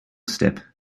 step